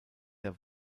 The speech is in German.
der